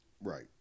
Right